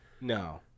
No